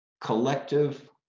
collective